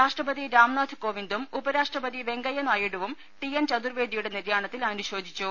രാഷ്ട്രപതി രാംനാഥ് കോവിന്ദും ഉപരാ ഷ്ട്രപതി വെങ്കയ്യ നായിഡുവും ടി എൻ ചതുർവേദിയുടെ നിര്യാ ണത്തിൽ അനുശോചിച്ചു